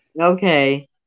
okay